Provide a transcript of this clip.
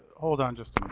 hold on just